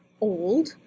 old